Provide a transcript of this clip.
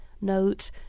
Note